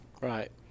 Right